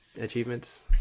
achievements